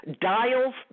dials